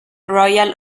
royal